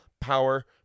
power